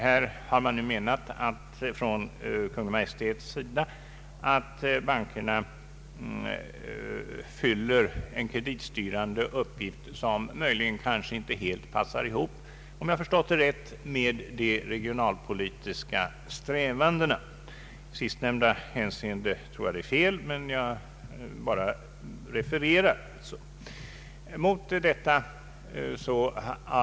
Kungl. Maj:t anser att bankerna härvidlag fyller en kreditstyrande uppgift som möjligen inte helt passar ihop, om jag förstått det hela rätt, med de regionalpolitiska strävandena. I sistnämnda hänseende tror jag att det är fel, men jag refererar vad som anförts från Kungl. Maj:ts sida.